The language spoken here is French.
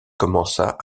commença